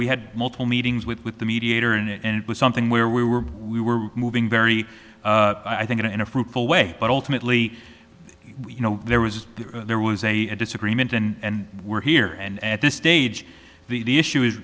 we had multiple meetings with the mediator in it and it was something where we were we were moving very i think in a fruitful way but ultimately you know there was there was a disagreement and we're here and at this stage the is